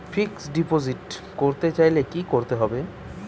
Fixed deposit করতে চাইলে কি করতে হবে?